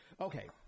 Okay